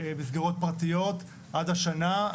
למסגרות פרטיות עד השנה.